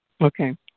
Okay